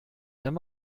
wenn